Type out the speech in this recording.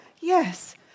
yes